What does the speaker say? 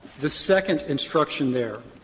the second instruction there